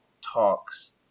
talks